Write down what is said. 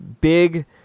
big